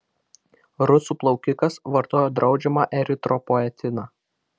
rusų plaukikas vartojo draudžiamą eritropoetiną